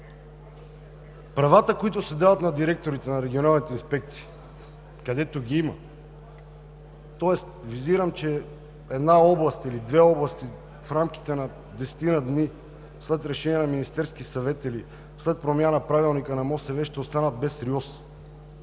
правата, които се дават на директорите на регионалните инспекции, където ги има, тоест визирам, че една област или две области в рамките на десетина дни след решение на Министерския съвет или след промяна на Правилника на МОСВ ще останат без РИОСВ.